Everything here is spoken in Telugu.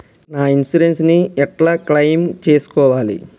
నా ఇన్సూరెన్స్ ని ఎట్ల క్లెయిమ్ చేస్కోవాలి?